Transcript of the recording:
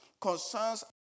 Concerns